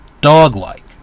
dog-like